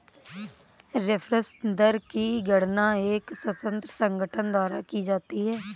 reference दर की गणना एक स्वतंत्र संगठन द्वारा की जाती है